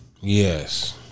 Yes